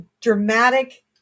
dramatic